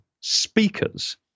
speakers